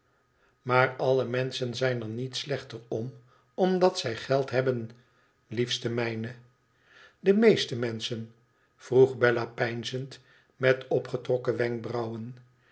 maar alle menschen zijn er niet slechter om omdat zij geld hebben liete mijne de meeste menschen vroeg bella peinzend met opgetrokken wenkbrauwen